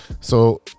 So-